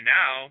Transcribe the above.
now